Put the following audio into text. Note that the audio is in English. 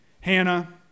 hannah